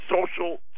Social